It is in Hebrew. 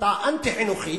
החלטה אנטי-חינוכית,